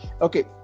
Okay